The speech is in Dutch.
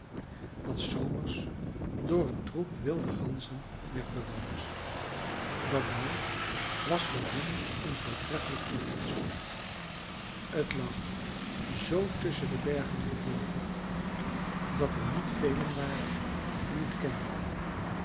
dat s zomers door een troep wilde ganzen werd bewoond dat dal was voor hen een voortreffelijk toevluchtsoord t lag zoo tusschen de bergen verborgen dat er niet velen waren die t kenden